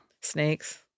Snakes